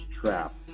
trap